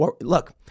look